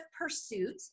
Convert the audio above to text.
pursuit